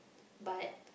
but